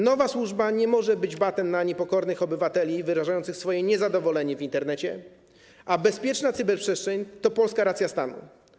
Nowa służba nie może być batem na niepokornych obywateli wyrażających swoje niezadowolenie w Internecie, a bezpieczna cyberprzestrzeń to polska racja stanu.